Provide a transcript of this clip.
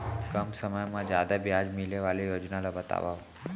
कम समय मा जादा ब्याज मिले वाले योजना ला बतावव